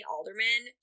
Alderman